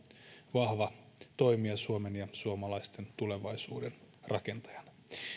vahva toimija suomen ja suomalaisten tulevaisuuden rakentajana